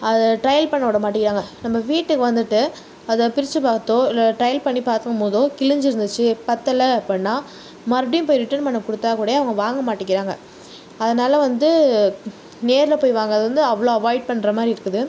அதை ட்ரயல் பண்ண விடமாட்டேங்கிறாங்க நம்ம வீட்டுக்கு வந்துட்டு அதை பிரிச்சு பார்த்தோ இல்லை ட்ரயல் பண்ணி பார்க்கும் போதோ கிழிஞ்சு இருந்துச்சு பத்தலை அப்படின்னால் மறுபடியும் போய் ரிட்டர்ன் பண்ண கொடுத்தாக்கூட அவங்க வாங்கமாட்டேங்கிறாங்க அதனாலே வந்து நேரில் போய் வாங்குறது வந்து அவ்வளோ அவாய்ட் பண்ணுற மாதிரி இருக்குது